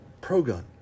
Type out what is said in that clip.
pro-gun